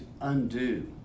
undo